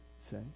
say